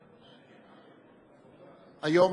מסי העירייה ומסי הממשלה (פטורין)